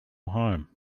home